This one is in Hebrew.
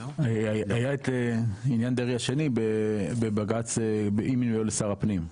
היה את עניין דרעי השני בבג"צ אי מינויו לשר הפנים,